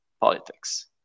politics